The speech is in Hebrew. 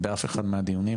באף אחד מהדיונים,